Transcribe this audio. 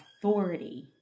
authority